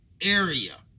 area